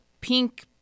pink